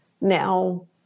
now